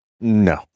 no